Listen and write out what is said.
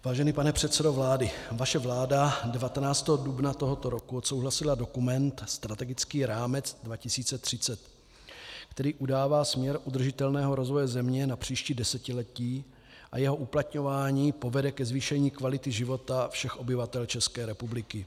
Vážený pane předsedo vlády, vaše vláda 19. dubna tohoto roku odsouhlasila dokument strategický rámec 2030, který udává směr udržitelného rozvoje země na příští desetiletí, a jeho uplatňování povede ke zvýšení kvality života všech obyvatel České republiky.